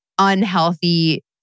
Unhealthy